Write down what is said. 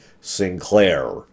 Sinclair